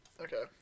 Okay